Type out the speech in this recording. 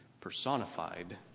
personified